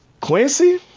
Quincy